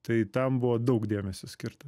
tai tam buvo daug dėmesio skirta